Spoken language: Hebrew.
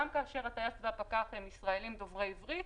גם כאשר הטייס והפקח הם ישראלים דוברי עברית,